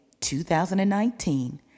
2019